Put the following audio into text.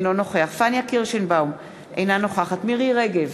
אינו נוכח פניה קירשנבאום, אינה נוכחת מירי רגב,